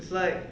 it's like